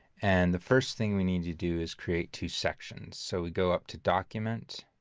and the first thing we need to do is create two sections. so we go up to document